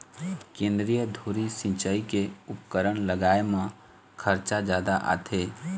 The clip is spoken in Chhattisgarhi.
केंद्रीय धुरी सिंचई के उपकरन लगाए म खरचा जादा आथे